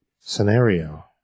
scenario